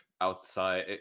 outside